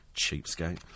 Cheapskate